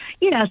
yes